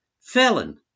felon